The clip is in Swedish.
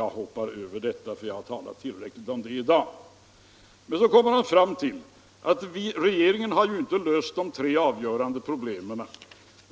Jag hoppar över detta, för jag har talat tillräckligt om det i dag. Men så kommer herr Bohman fram till att regeringen inte har löst de tre avgörande problemen.